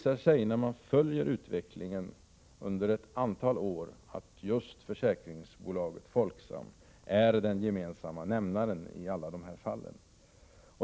När man följer utvecklingen under ett antal år visar det sig att just försäkringsbolaget Folksam är den gemensamma nämnaren i alla de här fallen.